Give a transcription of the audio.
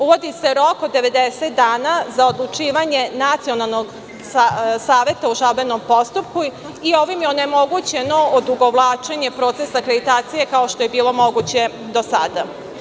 Uvodi se rok od 90 dana za odlučivanje Nacionalnog saveta u žalbenom postupku i ovim je onemogućeno odugovlačenje procesa akreditacije, kao što je bilo moguće do sada.